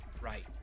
right